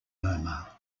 murmur